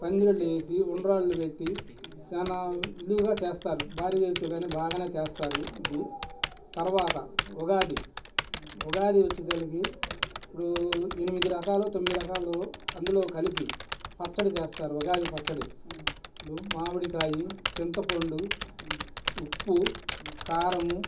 పందిరిళ్ళు వేసి ఉండ్రాళ్ళు పెట్టి చాలా విలువుగా చేస్తారు భారీ ఎత్తుగానే బాగనే చేస్తారు ఇది తర్వాత ఉగాది ఉగాది వచ్చేసరికి ఇప్పుడు ఎనిమిది రకాలు తొమ్మిది రకాలు అందులో కలిపి పచ్చడి చేస్తారు ఉగాది పచ్చడి మామిడికాయి చింతపండు ఉప్పు కారము